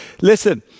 Listen